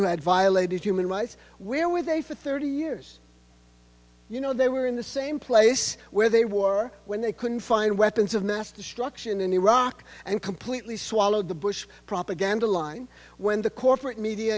who had violated human rights where were they for thirty years you know they were in the same place where they were when they couldn't find weapons of mass destruction in iraq and completely swallowed the bush propaganda line when the corporate media